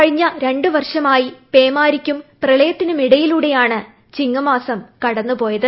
കഴിഞ്ഞ രണ്ടു വർഷമായി പേമാരിക്കും പ്രളയത്തിനും ഇടയിലൂടെയാണ് ചിങ്ങമാസം കടന്നു പോയത്